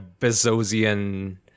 Bezosian